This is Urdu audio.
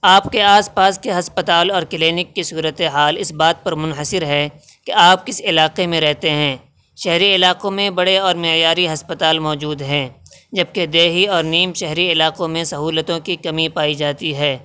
آپ کے آس پاس کے ہسپتال اور کلینک کی صورت حال اس بات پر منحصر ہے کہ آپ کس علاقے میں رہتے ہیں شہری علاقوں میں بڑے اور معیاری ہسپتال موجود ہیں جبکہ دیہی اور نیم شہری علاقوں میں سہولتوں کی کمی پائی جاتی ہے